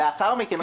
לאחר מכן,